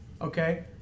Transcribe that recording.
Okay